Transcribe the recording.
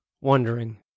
wondering